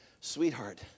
sweetheart